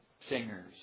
singers